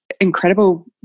incredible